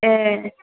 ए